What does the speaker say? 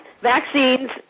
Vaccines